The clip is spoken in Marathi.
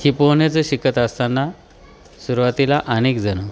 ही पोहण्याचं शिकत असताना सुरवातीला अनेकजणं